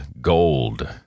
gold